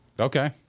Okay